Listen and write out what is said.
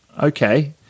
Okay